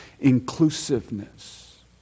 inclusiveness